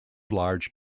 large